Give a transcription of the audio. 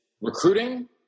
recruiting –